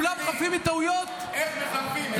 את יום ירושלים חירבתם כבר.